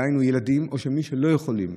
דהיינו ילדים או מי שלא יכולים